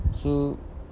so